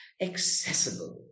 accessible